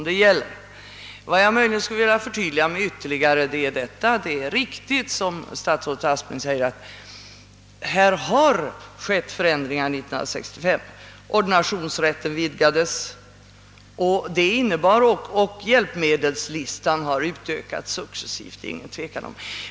Det är riktigt som statsrådet Aspling framhåller att förändringar har inträffat sedan 1965; ordinationsrätten har vidgats, och hjälpmedelslistan har successivt utökats.